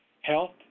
Health